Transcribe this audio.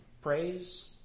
Praise